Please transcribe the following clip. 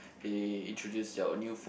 they introduce your new phone